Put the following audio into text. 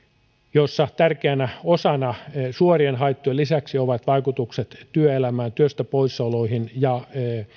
jossa tärkeänä osana suorien haittojen lisäksi ovat vaikutukset työelämään työstä poissaoloihin ja